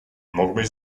mógłbyś